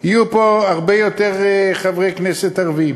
הרבה יותר חברי כנסת ערבים.